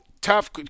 tough